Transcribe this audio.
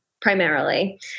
primarily